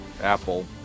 Apple